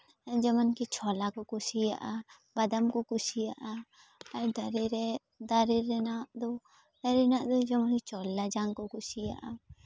ᱡᱮᱢᱚᱱ ᱠᱤ ᱪᱷᱚᱞᱟ ᱠᱚ ᱠᱩᱥᱤᱭᱟᱜᱼᱟ ᱵᱟᱫᱟᱢ ᱠᱚ ᱠᱩᱥᱤᱭᱟᱜᱼᱟ ᱟᱨ ᱫᱟᱨᱮ ᱨᱮ ᱫᱟᱨᱮ ᱨᱮᱱᱟᱜ ᱫᱚ ᱫᱟᱨᱮ ᱨᱮᱱᱟᱜ ᱫᱚ ᱡᱮᱢᱚᱱ ᱪᱚᱞᱞᱟ ᱡᱟᱝ ᱠᱚ ᱠᱩᱥᱤᱭᱟᱜᱼᱟ